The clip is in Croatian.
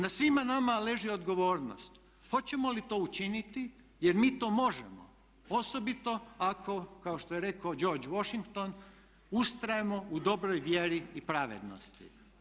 Na svima nama leži odgovornost hoćemo li to učiniti jer mi to možemo, osobito ako kao što je rekao George Washington ustrajemo u dobroj vjeri i pravednosti.